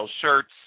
shirts